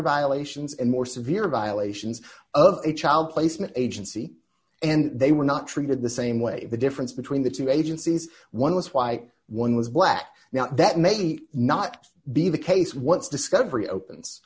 violations and more severe violations of a child placement agency and they were not treated the same way the difference between the two agencies one was white one was black now that may not be the case once discovery opens